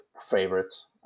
favorites